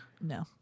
No